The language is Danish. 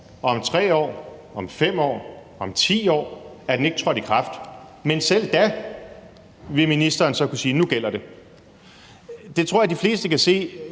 om 3 år, om 5 år, om 10 år er den ikke trådt i kraft. Men selv da vil ministeren kunne sige, at nu gælder det. Det tror jeg de fleste kan se